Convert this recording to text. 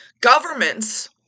governments